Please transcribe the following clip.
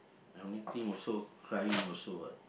anything also crying also what